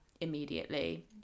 immediately